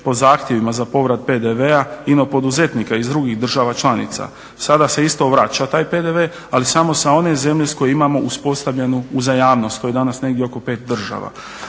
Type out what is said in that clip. po zahtjevima za povrat PDV-a i na poduzetnika iz drugih zemalja članica. Sada se isto vraća taj PDV ali samo sa one zemlje u kojoj imamo uspostavljeno uzajamnost. To je danas negdje oko pet država.